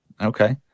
Okay